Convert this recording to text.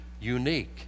unique